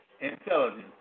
intelligence